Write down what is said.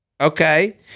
okay